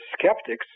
skeptics